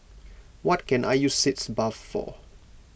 what can I use Sitz Bath for